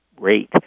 rate